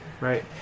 Right